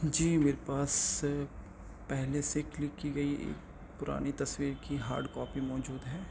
جی میرے پاس پہلے سے کلک کی گئی ایک پرانی تصویر کی ہارڈ کاپی موجود ہے